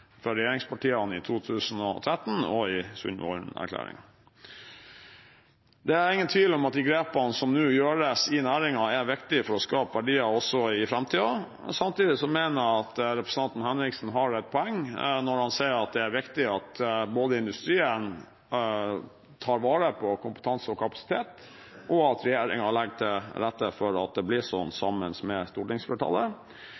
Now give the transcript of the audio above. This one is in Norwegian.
for regjeringspartiene i 2013 og i Sundvolden-erklæringen. Det er ingen tvil om at de grepene som nå gjøres i næringen, er viktige for å skape verdier også i framtiden. Samtidig mener jeg at representanten Per Rune Henriksen har et poeng når han sier at det er viktig både at industrien tar vare på kompetanse og kapasitet, og at regjeringen legger til rette for at det blir